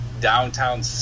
downtown